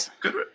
good